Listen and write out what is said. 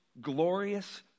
glorious